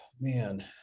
man